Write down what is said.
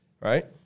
right